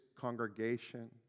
congregation